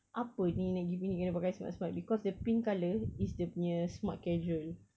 apa ni nak pergi picnic kena pakai smart smart because the pink colour is dia punya smart casual